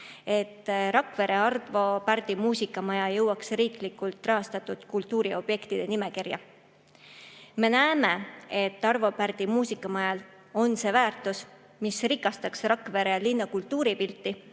et Rakvere Arvo Pärdi muusikamaja jõuaks riiklikult rahastatud kultuuriobjektide nimekirja. Me näeme, et Arvo Pärdi muusikamaja väärtus [seisneb selles], et see rikastaks Rakvere linna kultuuripilti,